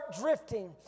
drifting